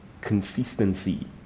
consistency